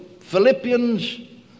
Philippians